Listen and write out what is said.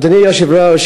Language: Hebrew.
אדוני היושב-ראש,